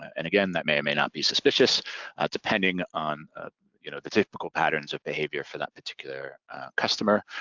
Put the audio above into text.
and again, that may or may not be suspicious depending on ah you know the typical patterns of behavior for that particular customer.